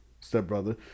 stepbrother